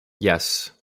yes